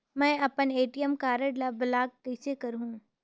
मै अपन ATM card ल ब्लाक कइसे करहूं?